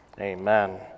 Amen